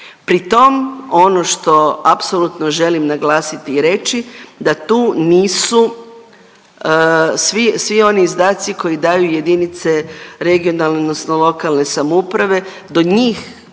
Pritom ono što apsolutno želim naglasiti i reći da tu nisu svi, svi oni izdaci koji daju jedinice regionalne odnosno lokalne samouprave do njih,